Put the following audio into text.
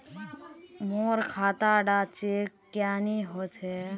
मोर खाता डा चेक क्यानी होचए?